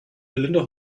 melinda